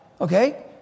Okay